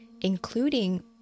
including